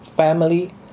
family